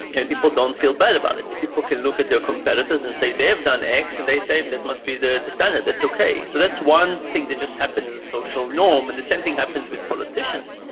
and people don't feel bad about it. if people can look at their competitors and say they have done x and they say it must be the the standard, it's okay. so that's one thing that just happens as a social norm, and the same thing happens with politicians.